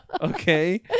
okay